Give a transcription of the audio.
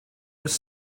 was